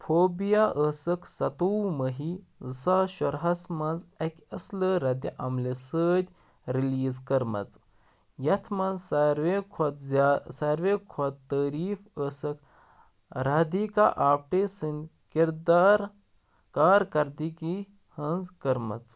phobia ٲسٕکھ سَتووُہ مٔہی زٕ ساس شُرہَس منٛز اَکہِ اَصلہٕ رَدِعملہِ سۭتۍ رِلیٖز کٔرمٕژ یَتھ منٛز ساروِیہِ کھۄتہٕ زیا ساروِیہِ کھۄتہٕ تعٲریٖف ٲسٕکھ رادھیٖکا آپٹے سٕنٛدۍ کِردار کارکَردٕگی ہٕنٛز کٔرمٕژ